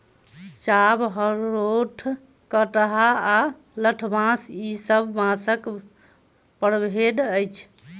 चाभ, हरोथ, कंटहा आ लठबाँस ई सब बाँसक प्रभेद अछि